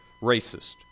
racist